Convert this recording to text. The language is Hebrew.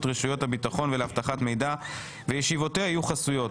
רשויות הביטחון ולאבטחת מידע וישיבותיה יהיו חסויות.